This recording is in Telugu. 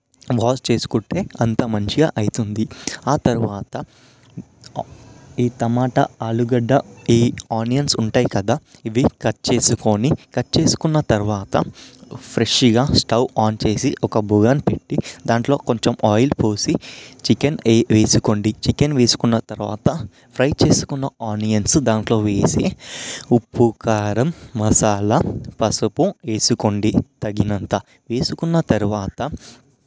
వాష్ చేసుకుంటే అంత మంచిగా అవుతుంది ఆ తరువాత ఈ టమాటా ఆలుగడ్డ ఈ ఆనియన్స్ ఉంటాయి కదా ఇవి కట్ చేసుకొని కట్ చేసుకున్న తరువాత ఫ్రెష్గా స్టౌ ఆన్ చేసి ఒక బగోని పెట్టి దాంట్లో కొంచెం ఆయిల్ పోసి చికెన్ వే వేసుకోండి చికెన్ వేసుకున్న తరువాత ఫ్రై చేసుకున్న ఆనియన్స్ దాంట్లో వేసి ఉప్పు కారం మసాలా పసుపు వేసుకోండి తగినంత వేసుకున్న తరువాత